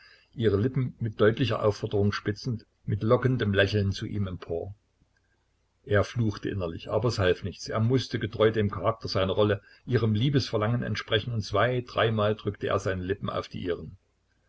ihre lippen mit deutlicher aufforderung spitzend mit lockendem lächeln zu ihm empor er fluchte innerlich aber es half nichts er mußte getreu dem charakter seiner rolle ihrem liebesverlangen entsprechen und zwei dreimal drückte er seine lippen auf die ihren